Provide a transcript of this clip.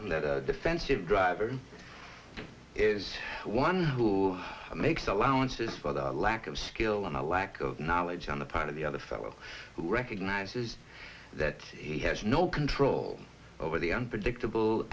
upon a defensive driver is one who makes allowances for the lack of skill and a lack of knowledge on the part of the other fellow who recognizes that he has no control over the unpredictable